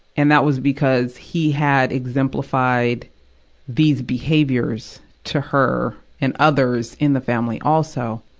and that was because he had exemplified these behaviors to her and others in the family also.